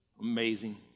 amazing